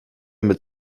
mit